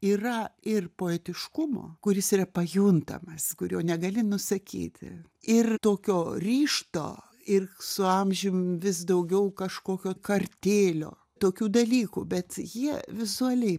yra ir poetiškumo kuris yra pajuntamas kurio negali nusakyti ir tokio ryžto ir su amžiumi vis daugiau kažkokio kartėlio tokių dalykų bet jie vizualiai